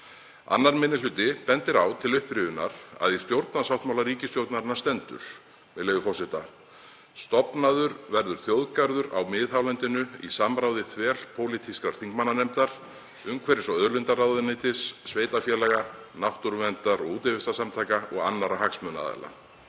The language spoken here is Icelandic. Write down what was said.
2. minni hluti bendir á til upprifjunar að í stjórnarsáttmála ríkisstjórnarinnar stendur: „Stofnaður verður þjóðgarður á miðhálendinu í samráði þverpólitískrar þingmannanefndar, umhverfis- og auðlindaráðuneytisins, sveitarfélaga, náttúruverndar- og útivistarsamtaka og annarra hagsmunaaðila.“